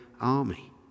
army